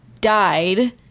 died